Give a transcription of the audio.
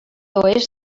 oest